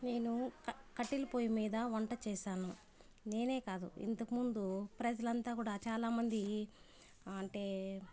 నేను క కట్టెల పొయ్యి మీద వంట చేశాను నేనే కాదు ఇంతకుముందు ప్రజలంతా కూడా చాలా మంది అంటే